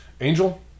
Angel